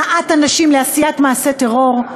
הנעת אנשים לעשיית מעשה טרור,